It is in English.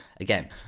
Again